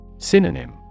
Synonym